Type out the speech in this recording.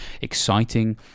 exciting